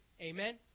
Amen